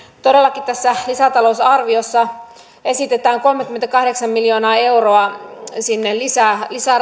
todellakin tässä lisäta lousarviossa esitetään kolmekymmentäkahdeksan miljoonaa euroa lisää lisää